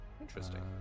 Interesting